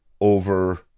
over